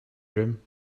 groom